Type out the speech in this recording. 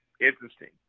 interesting